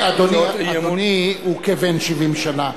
אדוני הוא כבן 70 שנה.